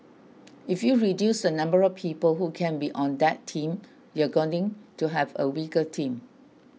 if you reduce the number of people who can be on that team you're going to have a weaker team